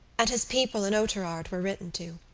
and his people in oughterard were written to.